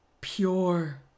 pure